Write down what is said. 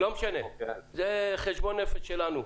לא משנה, זה חשבון נפש שלנו.